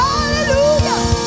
Hallelujah